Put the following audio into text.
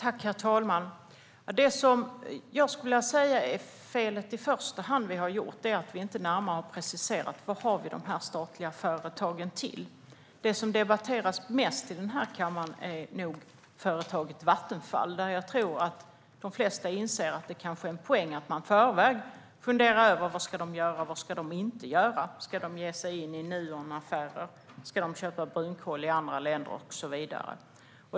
Herr talman! Det vi i första hand har gjort fel med är att vi inte närmare har preciserat vad de statliga företagen är till för. Det som debatteras mest i kammaren är nog företaget Vattenfall. De flesta inser att det kanske är en poäng att i förväg fundera över vad företagen ska göra eller inte göra. Ska de ge sig in i Nuonaffärer, köpa brunkol i andra länder och så vidare?